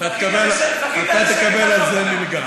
אתה תקבל על זה, אל תדאג.